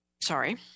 sorry